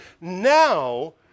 now